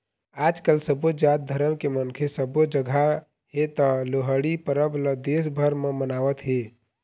आजकाल सबो जात धरम के मनखे सबो जघा हे त लोहड़ी परब ल देश भर म मनावत हे